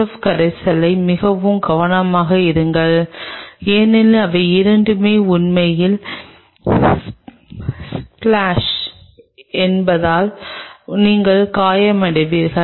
F கரைசலை மிகவும் கவனமாக இருங்கள் ஏனெனில் இவை இரண்டும் உண்மையில் ஸ்பிளாஸ் என்பதால் நீங்கள் காயமடைவீர்கள்